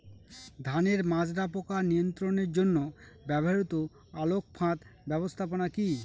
ধানের মাজরা পোকা নিয়ন্ত্রণের জন্য ব্যবহৃত আলোক ফাঁদ ব্যবস্থাপনা কি?